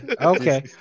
okay